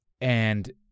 and-